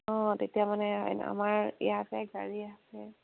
অঁ তেতিয়া মানে আমাৰ ইয়ালৈ গাড়ী আছে